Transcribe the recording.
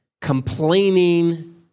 complaining